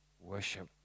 Worship